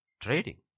trading